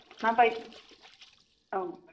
मा बायदि औ